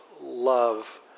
love